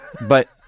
But-